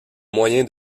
moyen